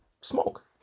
smoke